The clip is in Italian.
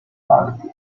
parti